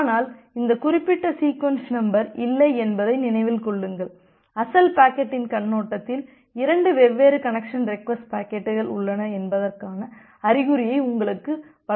ஆனால் இந்த குறிப்பிட்ட சீக்வென்ஸ் நம்பர் இல்லை என்பதை நினைவில் கொள்ளுங்கள் அசல் பாக்கெட்டின் கண்ணோட்டத்தில் 2 வெவ்வேறு கனெக்சன் ரெக்வஸ்ட் பாக்கெட்டுகள் உள்ளன என்பதற்கான அறிகுறியை உங்களுக்கு வழங்குவதாகும்